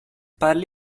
parli